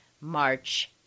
March